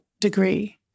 degree